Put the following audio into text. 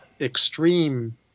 extreme